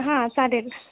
हां चालेल